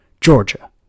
Georgia